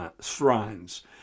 shrines